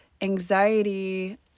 anxiety